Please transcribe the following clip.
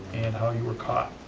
and how you were caught?